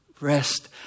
rest